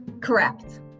Correct